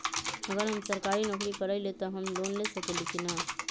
अगर हम सरकारी नौकरी करईले त हम लोन ले सकेली की न?